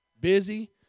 Busy